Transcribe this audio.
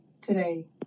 today